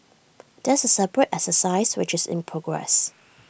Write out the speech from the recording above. that's A separate exercise which is in progress